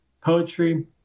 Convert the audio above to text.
poetry